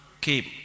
came